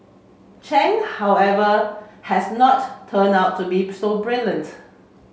Chen however has not turn out to be so brilliant